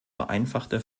vereinfachte